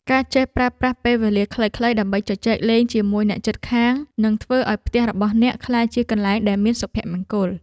ការចេះប្រើប្រាស់ពេលវេលាខ្លីៗដើម្បីជជែកលេងជាមួយអ្នកជិតខាងនឹងធ្វើឱ្យផ្ទះរបស់អ្នកក្លាយជាកន្លែងដែលមានសុភមង្គល។